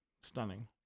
Stunning